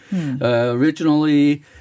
Originally